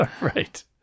right